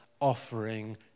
offering